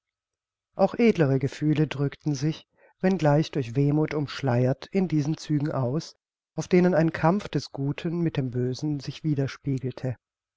auch edlere gefühle drückten sich wenn gleich durch wehmuth umschleiert in diesen zügen aus auf denen ein kampf des guten mit dem bösen sich wiederspiegelte